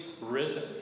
risen